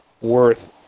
worth